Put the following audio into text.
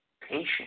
patient